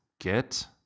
get